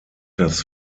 das